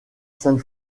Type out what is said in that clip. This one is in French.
sainte